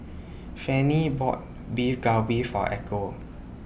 Fanny bought Beef Galbi For Echo